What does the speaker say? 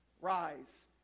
rise